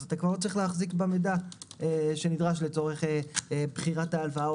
אתה לא צריך להחזיק במידע שנדרש לצורך בחירת ההלוואה.